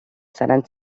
seran